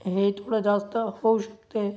हे थोडं जास्त होऊ शकते